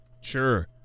Sure